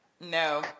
No